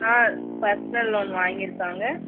personal loan வாங்கிருக்காங்க